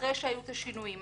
אחרי שהיו את השינויים,